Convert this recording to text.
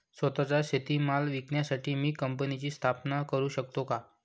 स्वत:चा शेतीमाल विकण्यासाठी मी कंपनीची स्थापना करु शकतो का?